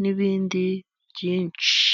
n'ibindi byinshi.